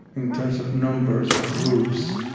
in terms of numbers or groups.